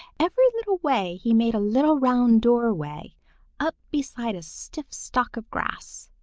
every little way he made a little round doorway up beside a stiff stalk of grass.